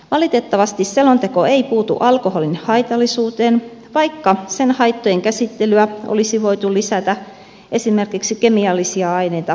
valitettavasti selonteko ei puutu alkoholin haitallisuuteen vaikka sen haittojen käsittelyä olisi voitu lisätä esimerkiksi kemiallisia aineita käsittelevään lukuun